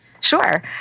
Sure